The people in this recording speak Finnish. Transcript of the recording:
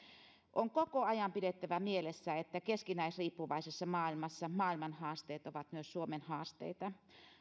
on koko ajan pidettävä mielessä että keskinäisriippuvaisessa maailmassa maailman haasteet ovat myös suomen haasteita